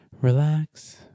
relax